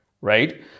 right